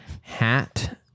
hat